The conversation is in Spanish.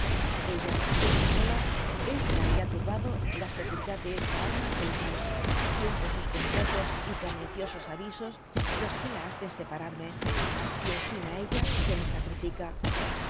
ella ella sola es la que ha turbado la seguridad de esta alma angelical siendo sus consejos y perniciosos avisos j los que la hacen separarme y en fin á ella se me sacrifica